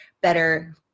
better